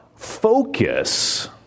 focus